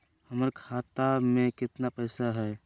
हमर खाता मे केतना पैसा हई?